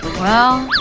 well,